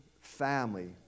family